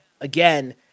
again